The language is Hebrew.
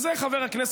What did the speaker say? בוא תענה לי עניינית.